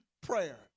prayer